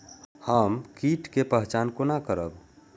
हम कीट के पहचान कोना करब?